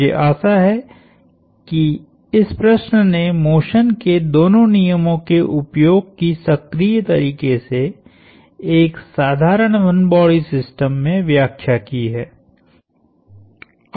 मुझे आशा है कि इस प्रश्न ने मोशन के दोनों नियमों के उपयोग की सक्रिय तरीके से एक साधारण वन बॉडी सिस्टम में व्याख्या की है